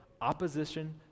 opposition